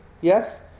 yes